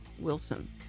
Wilson